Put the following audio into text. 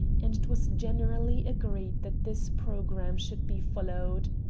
and it was generally agreed that this programme should be followed.